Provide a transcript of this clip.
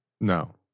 No